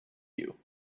you